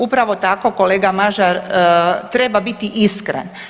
Upravo tako kolega Mažar, treba biti iskren.